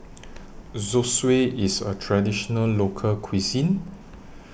Zosui IS A Traditional Local Cuisine